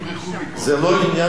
זה לא עניין של צדיקים.